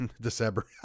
December